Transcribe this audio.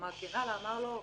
הוא אמר לו: